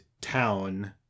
town